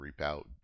ReapOut